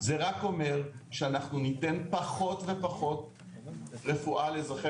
זה רק אומר שאנחנו ניתן פחות ופחות רפואה לאזרחי